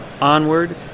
onward